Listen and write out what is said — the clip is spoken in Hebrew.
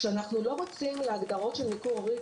כשאנחנו לא רצים להגדרות של ניכור הורי.